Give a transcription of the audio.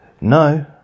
No